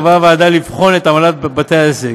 במסגרת התבחינים המדידים קבעה הוועדה לבחון את עמלת בתי העסק.